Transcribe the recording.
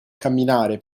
camminare